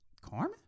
Carmen